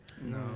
No